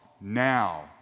now